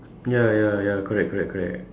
ya ya ya correct correct correct